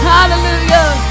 Hallelujah